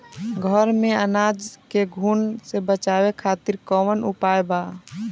घर में अनाज के घुन से बचावे खातिर कवन उपाय बा?